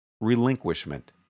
relinquishment